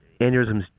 Aneurysms